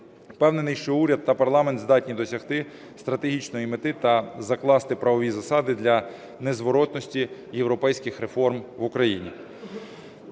Впевнений, що уряд та парламент здатні досягти стратегічної мети та закласти правові засади для незворотності європейських реформ в Україні.